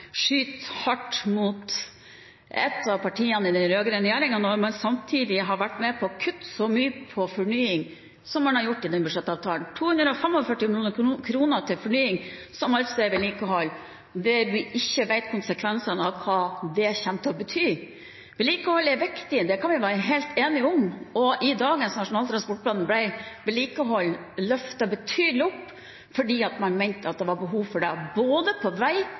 hardt mot ett av partiene i den rød-grønne regjeringen når man samtidig har vært med på å kutte så mye på fornying som man har gjort i denne budsjettavtalen: 245 mill. kr til fornying, som altså er vedlikehold. Vi vet ikke hva det kommer til å bety av konsekvenser. Vedlikehold er viktig, det kan vi være helt enige om. I dagens nasjonale transportplan ble vedlikehold løftet betydelig opp fordi man mente at det var behov for det, både på vei,